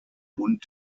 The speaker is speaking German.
bund